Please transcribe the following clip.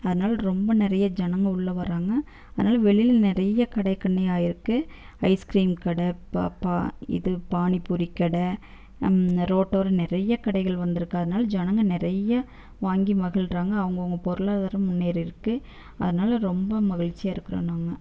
அதனால ரொம்ப நிறைய ஜனங்க உள்ள வராங்க அதனால வெளியில் நிறைய கடை கண்ணி ஆயிருக்கு ஐஸ்கிரீம் கடை பாபா இது பானிபூரி கடை ரோட்டோரம் நிறைய கடைகள் வந்துருக்குது அதனால ஜனங்கள் நிறைய வாங்கி மகிழ்றாங்க அவங்கவுங்க பொருளாதாரம் முன்னேறிருக்குது அதனால ரொம்ப மகிழ்ச்சியாக இருக்கிறோம் நாங்கள்